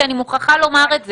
כי אני מוכרחה לומר לך את זה,